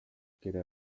era